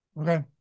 Okay